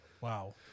Wow